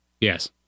Yes